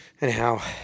Anyhow